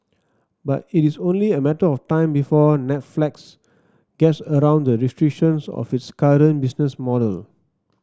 but it is only a matter of time before Netflix gets around the restrictions of its current business model